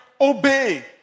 obey